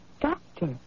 Doctor